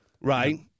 Right